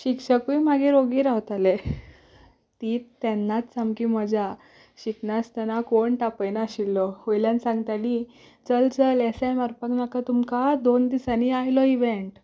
शिक्षकय मागीर ओगी रावताले ती तेन्नाच सामकी मजा शिकनासतना कोण तापयनाशिल्लो वयल्यान सांगतालीं चल चल येसाय मारपाक नाका तुमकां दोन दिसांनी आयलो इवेंट